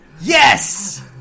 Yes